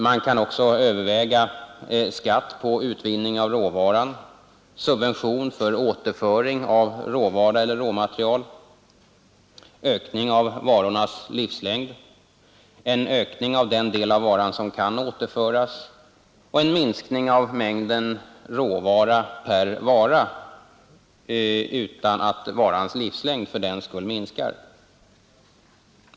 Man kan också överväga en skatt på utvinning av råvaran, en subvention för återföring av råvara eller råmaterial, en ökning av varornas livslängd, en ökning av den del av varan som kan återföras och en minskning av mängden råvara per vara utan att varans livslängd fördenskull minskar.